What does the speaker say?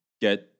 get